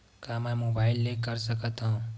का मै मोबाइल ले कर सकत हव?